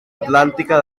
atlàntica